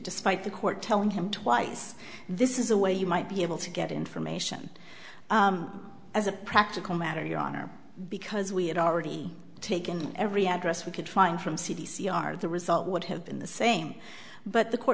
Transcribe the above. despite the court telling him twice this is a way you might be able to get information as a practical matter your honor because we had already taken every address we could find from c c r the result would have been the same but the court